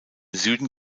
süden